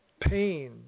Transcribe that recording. pain